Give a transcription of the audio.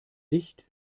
dicht